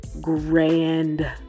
grand